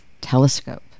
Telescope